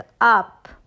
up